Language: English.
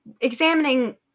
examining